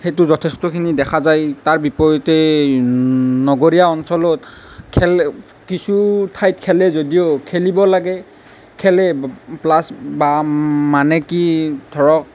সেইটো যথেষ্ঠখিনি দেখা যায় তাৰ বিপৰীতে নগৰীয়া অঞ্চলত খেল কিছু ঠাইত খেলে যদিও খেলিব লাগে খেলে প্লাছ মানে কি ধৰক